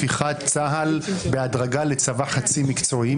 הפיכת צה"ל בהדרגה לצבא חצי מקצועי,